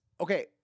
Okay